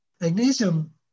magnesium